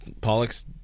Pollock's